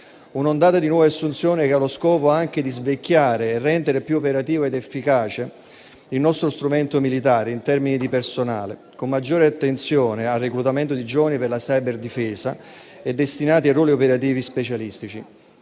un'ondata di nuove assunzioni che ha lo scopo anche di svecchiare e rendere più operativo ed efficace il nostro strumento militare in termini di personale, con maggiore attenzione al reclutamento di giovani per la *cyber* difesa e destinati a ruoli operativi specialistici.